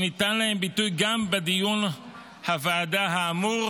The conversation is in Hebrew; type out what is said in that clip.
שניתן להן ביטוי גם בדיון הוועדה האמור